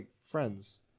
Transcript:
friends